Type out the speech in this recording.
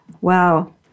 Wow